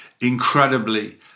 incredibly